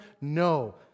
no